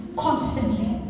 constantly